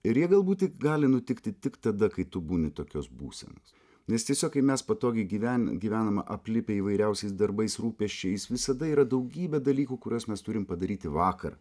ir jie galbūt tik gali nutikti tik tada kai tu būni tokios būsenos nes tiesiog kai mes patogiai gyven gyvename aplipę įvairiausiais darbais rūpesčiais visada yra daugybė dalykų kuriuos mes turim padaryti vakar